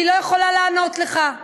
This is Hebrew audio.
אני לא יכולה לענות לך,